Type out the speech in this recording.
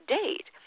date